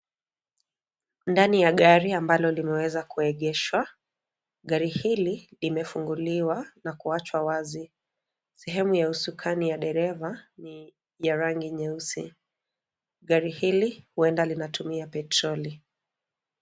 Ndani ya gari ambalo limeweza kuegeshwa. Gari hili limefunguliwa na kuachwa wazi. Sehemu ya usukani ya dereva ni ya rangi nyeusi . Gari hili huenda linatumia petroli.